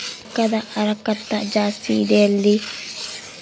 ರೊಕ್ಕದ ಹರಕತ್ತ ಜಾಸ್ತಿ ಇದೆ ಜಲ್ದಿ ರೊಕ್ಕ ಕಳಸಕ್ಕೆ ಏನಾರ ಬ್ಯಾರೆ ಆಪ್ಷನ್ ಐತಿ?